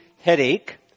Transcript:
Headache